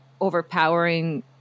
overpowering